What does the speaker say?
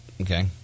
Okay